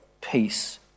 peace